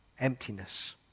Emptiness